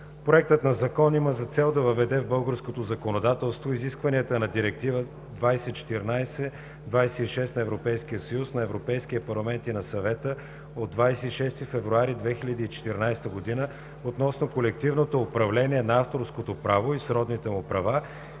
Проектът на закон има за цел да въведе в българското законодателство изискванията на Директива 2014/26/ЕС на Европейския парламент и на Съвета от 26 февруари 2014 г. относно колективното управление на авторското право и сродните му права